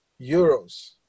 Euros